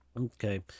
Okay